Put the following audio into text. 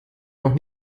noch